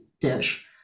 dish